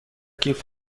کیف